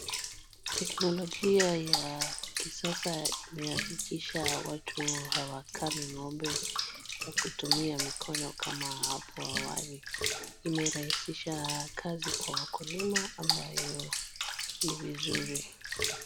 Teknolojia ya kisasa imehakikisha watu hawakami ng'ombe kwa kutumia mikono kama hapo awali. Imerahisisha kazi kwa wakulima ambayo ni vizuri.